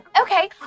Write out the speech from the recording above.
Okay